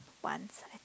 one